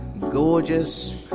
gorgeous